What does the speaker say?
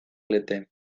lete